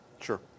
Sure